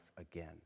again